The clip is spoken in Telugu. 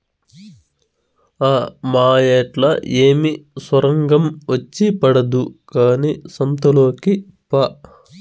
ఆ మాయేట్లా ఏమి సొరంగం వచ్చి పడదు కానీ సంతలోకి పా